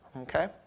Okay